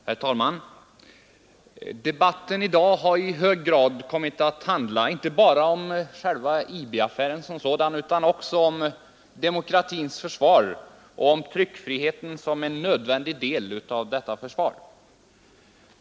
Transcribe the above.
Herr talman! Debatten i dag har i hög grad kommit att handla om inte bara IB-affären som sådan utan också om demokratins försvar och om tryckfriheten som en nödvändig del av detta försvar.